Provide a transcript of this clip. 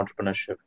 entrepreneurship